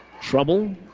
Trouble